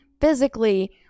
physically